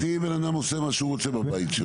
בבית פרטי בן אדם עושה מה שהוא רוצה בבית שלו.